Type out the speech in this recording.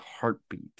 heartbeat